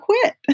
quit